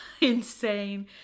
Insane